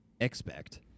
expect